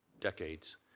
decades